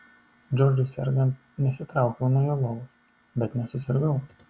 džordžui sergant nesitraukiau nuo jo lovos bet nesusirgau